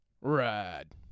ride